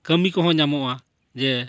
ᱠᱟᱹᱢᱤ ᱠᱚᱦᱚᱸ ᱧᱟᱢᱚᱜᱼᱟ ᱡᱮ